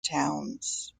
towns